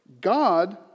God